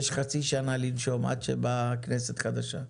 יש חצי שנה לנשום עד שבאה כנסת חדשה.